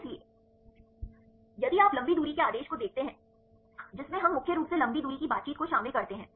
इसलिए यदि आप लंबी दूरी के आदेश को देखते हैं जिसमें हम मुख्य रूप से लंबी दूरी की बातचीत को शामिल करते हैं